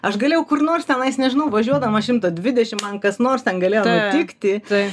aš galėjau kur nors tenais nežinau važiuodama šimtas dvidešim man kas nors ten galėjo nutikti